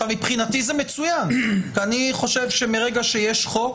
מבחינתי זה מצוין, כי אני חושב שמרגע שיש חוק,